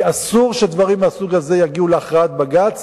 כי אסור שדברים כאלה יגיעו להכרעת בג"ץ.